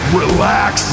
relax